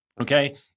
okay